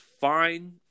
fine